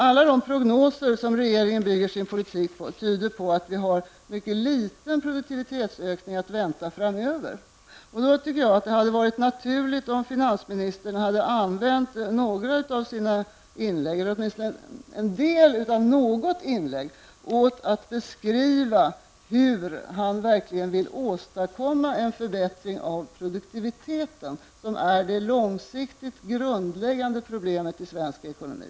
Alla de prognoser som regeringen bygger sin politik på tyder på att vi har mycket liten produktivitetsökning att vänta framöver. Då tycker jag att det hade varit naturligt, om finansministern hade använt några av sina inlägg -- åtminstone en del av något inlägg -- åt att beskriva hur han vill åstadkomma en förbättring av produktiviteten, som är det långsiktigt grundläggande problemet i svensk ekonomi.